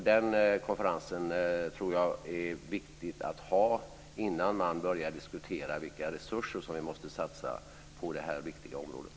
Denna konferens tror jag är viktig att ha innan man börjar diskutera vilka resurser vi måste satsa på det här viktiga området.